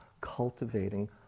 cultivating